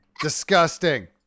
Disgusting